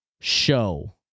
show